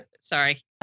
Sorry